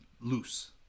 loose